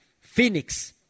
Phoenix